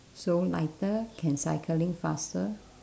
so lighter can cycling faster